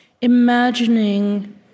imagining